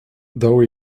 though